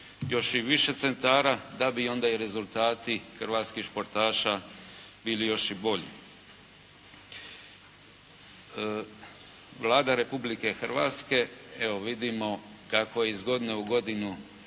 još i više centara da bi onda i rezultati hrvatskih športaša bilo još i bolji. Vlada Republike Hrvatske, evo vidimo kako iz godine u godinu